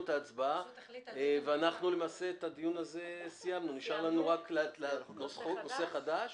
למעשה אנחנו מחכים להחלטה בעניין הטענה לנושא חדש